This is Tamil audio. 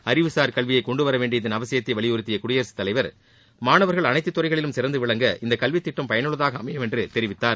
அறிவுசார் கல்வியை கொண்டுவர வேண்டியதன் அவசியத்தை வலியுறுத்திய குடியரசுத் தலைவர் மாணவர்கள் அனைத்து துறைகளிலும் சிறந்து விளங்க இந்தக் கல்வித் திட்டம் பயனுள்ளதாக அமையும் என்றும் எடுத்துரைத்தார்